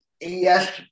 yes